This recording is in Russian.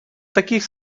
таких